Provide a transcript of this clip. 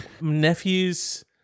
nephews